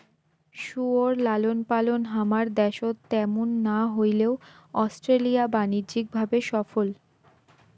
শুয়োর লালনপালন হামার দ্যাশত ত্যামুন না হইলেও অস্ট্রেলিয়া বাণিজ্যিক ভাবে সফল